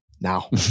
now